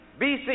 BC